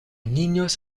niños